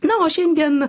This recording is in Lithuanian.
na o šiandien